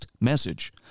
message